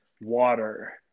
water